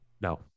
No